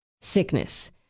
sickness